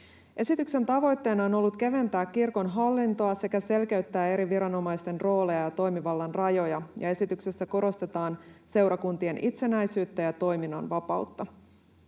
Esityksen tavoitteena on ollut keventää kirkon hallintoa sekä selkeyttää eri viranomaisten rooleja ja toimivallan rajoja, ja esityksessä korostetaan seurakuntien itsenäisyyttä ja toiminnan vapautta.